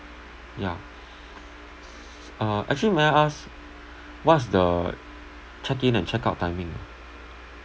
yeah uh actually may I ask what is the check in and check out timing ah